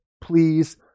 please